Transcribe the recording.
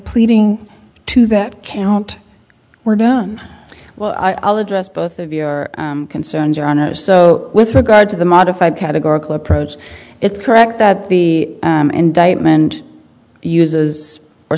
pleading to that count were done well i'll address both of your concerns are on it so with regard to the modified categorical approach it's correct that the indictment uses or